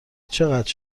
چقدر